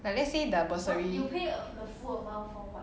like let's say the bursary